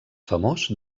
famós